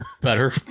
better